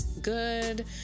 good